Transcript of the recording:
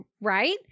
right